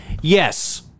Yes